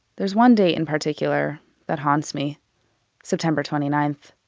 there's one date in particular that haunts me september twenty ninth.